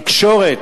בתקשורת,